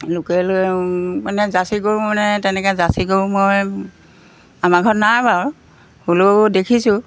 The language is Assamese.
লোকেল মানে জাৰ্চি গৰু মানে তেনেকৈ জাৰ্চি গৰু মই আমাৰ ঘৰত নাই বাৰু হ'লেও দেখিছোঁ